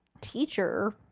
teacher